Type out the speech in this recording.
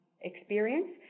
experience